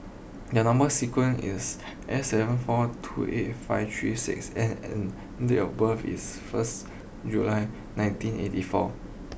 the number sequence is S seven four two eight five three six N and date of birth is first July nineteen eighty four